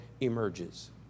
emerges